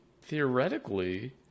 theoretically